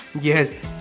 Yes